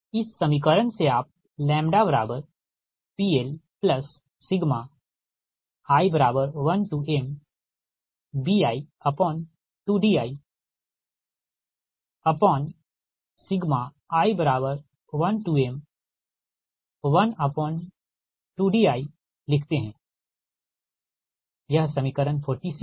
इस समीकरण से आप λPLi1mbi2dii1m12di लिखते हैं यह समीकरण 46 हैं ठीक